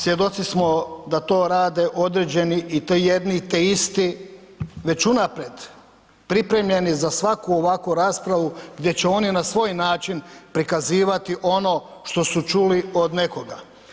Svjedoci smo da to rade određeni i te jedni te isti već unaprijed pripremljeni za svaku ovakvu raspravu gdje će oni na svoj način prikazivati ono što su čuli od nekoga.